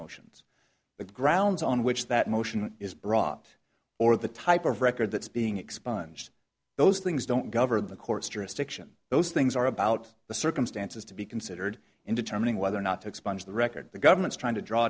motions the grounds on which that motion is brought or the type of record that's being expunged those things don't govern the court's jurisdiction those things are about the circumstances to be considered in determining whether or not to expunge the record the government's trying to draw